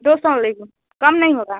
दो सौ लेगी कम नहीं होगा